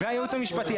-- והייעוץ המשפטי,